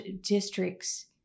districts